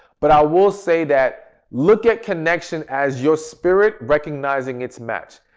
but i will say that look at connection as your spirit recognizing its match.